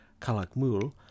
Kalakmul